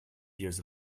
years